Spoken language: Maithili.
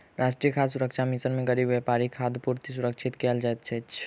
राष्ट्रीय खाद्य सुरक्षा मिशन में गरीब परिवारक खाद्य पूर्ति सुरक्षित कयल जाइत अछि